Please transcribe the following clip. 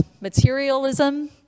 materialism